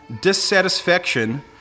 dissatisfaction